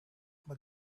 but